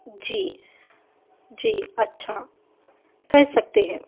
جی جی اچھا کر سکتے ہیں